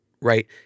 right